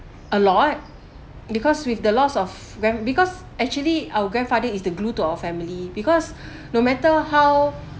a lot because with the loss of grand because actually our grandfather is the glue to our family because no matter how